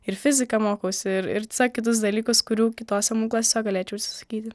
ir fiziką mokausi ir ir kitus dalykus kurių kitose mokyklose galėčiau atsisakyti